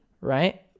Right